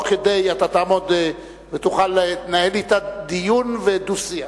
אתה תעמוד ותוכל לנהל אתה דיון ודו-שיח.